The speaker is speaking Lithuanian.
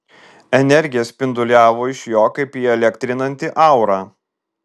energija spinduliavo iš jo kaip įelektrinanti aura